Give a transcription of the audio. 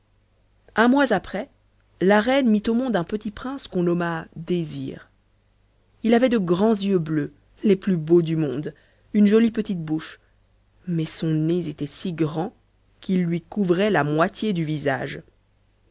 un mois après la reine mit au monde un petit prince qu'on nomma désir il avait de grands yeux bleus les plus beaux du monde une jolie petite bouche mais son nez était si grand qu'il lui couvrait la moitié du visage